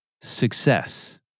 success